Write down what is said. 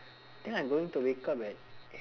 then I'm going to wake up at